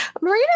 Marina